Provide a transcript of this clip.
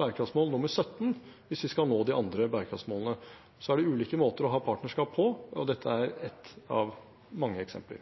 bærekraftsmål nr. 17 hvis vi skal nå de andre bærekraftsmålene. Så er det ulike måter å ha partnerskap på, og dette er ett av mange eksempler.